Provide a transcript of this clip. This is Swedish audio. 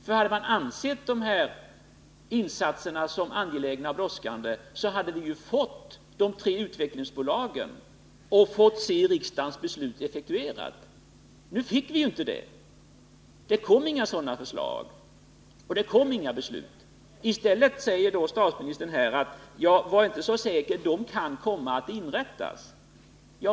För hade man ansett de här insatserna vara angelägna och brådskande, så hade vi fått de tre utvecklingsbolagen och vi hade fått se riksdagens beslut effektuerat. Nu fick vi ju inte det. Inga sådana förslag kom, och beslutet blev inte effektuerat. I stället säger statsministern nu: Var inte så säker, de här utvecklingsbolagen kan komma att inrättas!